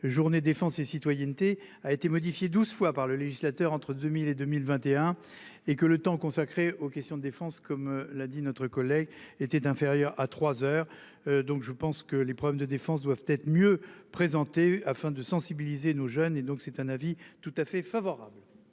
Journée défense et citoyenneté a été modifiée 12 fois par le législateur. Entre 2000 et 2021 et que le temps consacré aux questions de défense, comme l'a dit notre collègue était inférieur à 3h. Donc je pense que les problèmes de défense doivent être mieux présentés afin de sensibiliser nos jeunes et donc c'est un avis tout à fait favorable.